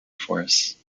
force